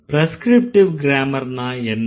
prescriptive க்ரேமர்ன்னா என்ன